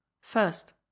first